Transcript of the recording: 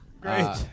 Great